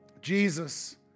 Jesus